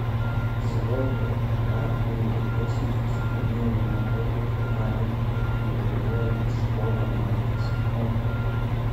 pasirodo gatvėje didesnio susidomėjimo objektu galima tapti ir vairuojant škoda markės modelį